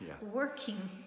working